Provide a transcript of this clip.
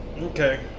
Okay